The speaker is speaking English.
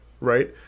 right